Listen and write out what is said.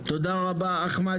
תודה רבה אחמד.